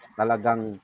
talagang